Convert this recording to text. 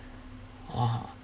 !wah!